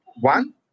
one